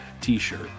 t-shirt